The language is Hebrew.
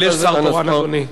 אבל יש שר תורן, אדוני.